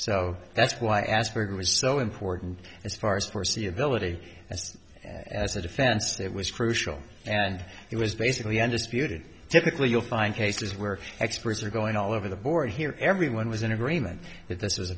so that's why asperger is so important as far as foreseeability as a defense that was crucial and it was basically undisputed typically you'll find cases where experts are going all over the board here everyone was in agreement that this